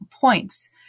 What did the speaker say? points